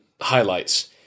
highlights